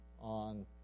on